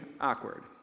awkward